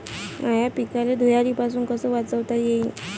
माह्या पिकाले धुयारीपासुन कस वाचवता येईन?